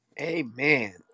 Amen